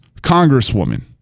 congresswoman